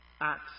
acts